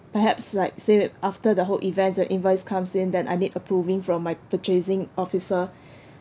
perhaps like say after the whole events the invoice comes in then I need approving from my purchasing officer